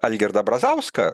algirdą brazauską